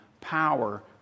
power